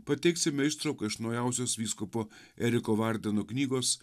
pateiksime ištrauką iš naujausios vyskupo eriko vardeno knygos